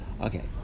Okay